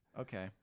Okay